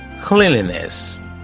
cleanliness